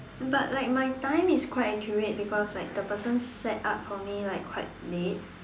but like my time is quite accurate because like the person set up for me like quite late